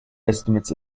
estimates